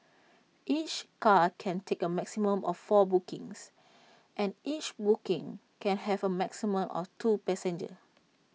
each car can take A maximum of four bookings and each booking can have A maximum of two passengers